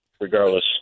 regardless